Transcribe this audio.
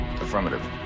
affirmative